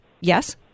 Yes